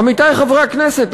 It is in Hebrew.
עמיתי חברי הכנסת,